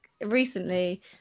recently